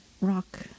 rock